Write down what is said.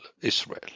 Israel